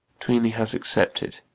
tweeny has accepted.